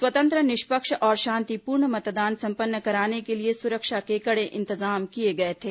स्वतंत्र निष्पक्ष और शांतिपूर्ण मतदान संपन्न कराने के लिए सुरक्षा के कड़े इंतजाम किए गए थे